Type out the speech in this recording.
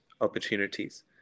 opportunities